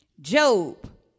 Job